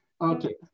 okay